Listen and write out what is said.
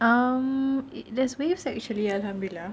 um there's waves actually alhamdulillah